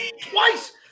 twice